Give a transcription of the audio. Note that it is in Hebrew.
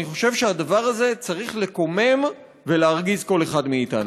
אני חושב שהדבר הזה צריך לקומם ולהרגיז כל אחד מאתנו.